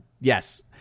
yes